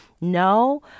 No